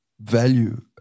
value